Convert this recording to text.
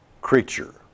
creature